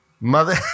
Mother